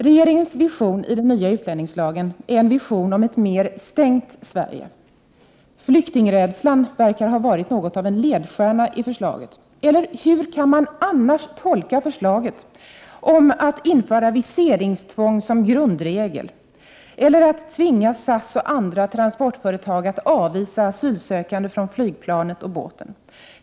Regeringens vision i den nya utlänningslagen är en vision om ett mer stängt Sverige. Flyktingrädslan verkar ha varit något av en ledstjärna i förslaget. Hur kan man annars tolka förslaget om att införa viseringstvång som grundregel, eller att tvinga SAS och andra transportföretag att avvisa asylsökande från flygplanet eller båten?